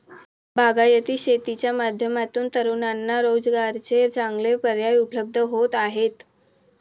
बागायती शेतीच्या माध्यमातून तरुणांना रोजगाराचे चांगले पर्याय उपलब्ध होत आहेत